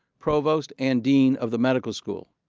provost and dean of the medical school.